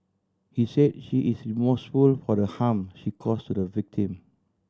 he say she is remorseful for the harm she cause to the victim